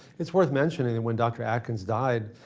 it's worth mentioning that when dr. atkins died,